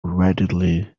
readily